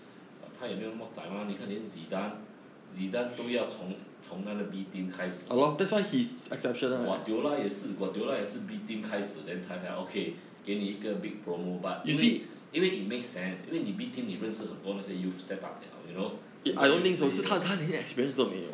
but 也他没有那么 zai 吗你看也 zidane 都要从从那个 b team 开始 lor guardiola 也是 guardiola 也是 B team 开始 then 他才 okay 给你一个 big promo but 因为因为 it make sense 因为你 B team 你认识很多那些 youth setup liao you know 很多 youth player